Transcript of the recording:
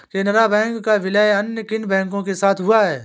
Canara bank का विलय अन्य किन बैंक के साथ हुआ है?